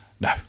No